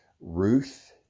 Ruth